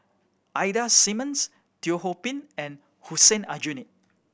Ida Simmons Teo Ho Pin and Hussein Aljunied